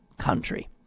country